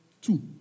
Two